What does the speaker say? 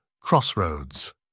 crossroads